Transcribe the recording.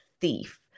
thief